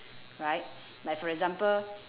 right like for example